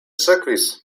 sekvis